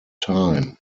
time